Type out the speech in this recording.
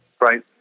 Right